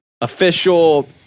official